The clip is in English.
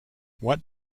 what